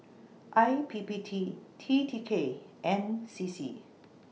I P P T T T K and C C